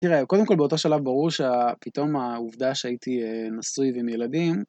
תראה, קודם כל באותה שלב ברור שפתאום העובדה שהייתי נשוי עם ילדים.